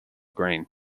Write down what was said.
green